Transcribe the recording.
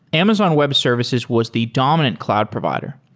amazon web services was the dominant cloud provider.